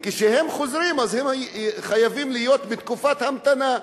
וכשהם חוזרים הם חייבים להיות בתקופת המתנה,